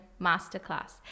masterclass